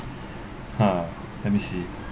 !huh! let me see